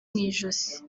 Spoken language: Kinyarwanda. ijosi